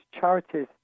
charities